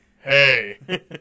Hey